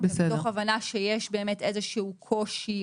מתוך הבנה שיש איזה קושי,